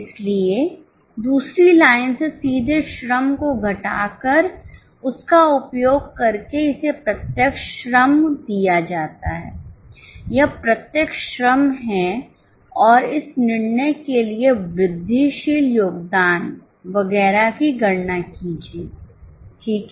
इसलिए दूसरी लाइन से सीधे श्रम को घटाकर उसका उपयोग करके इसे प्रत्यक्ष श्रम दिया जाता है यह प्रत्यक्ष श्रम है और इस निर्णय के लिए वृद्धिशील योगदान वगैरह की गणना कीजिए ठीक है